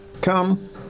Come